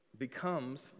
becomes